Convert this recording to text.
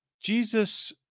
Jesus